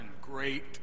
great